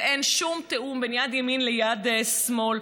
ואין שום תיאום בין יד ימין ליד שמאל,